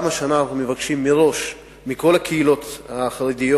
גם השנה אנחנו מבקשים מראש מכל הקהילות החרדיות,